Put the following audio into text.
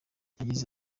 yagize